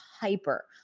hyper